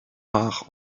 rares